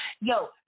Yo